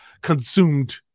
consumed